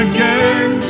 Again